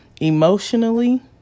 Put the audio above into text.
Emotionally